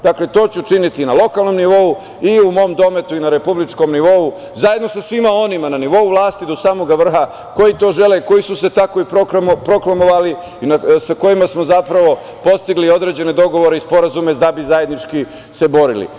Dakle, to ću učiniti na lokalnom nivou i u mom dometu, i na republičkom nivou, a zajedno sa svima onima na nivou vlasti do samog vrha koji to žele, koji su se tako i proklamovali, sa kojima smo postigli određene dogovore i sporazume da bi se zajednički borili.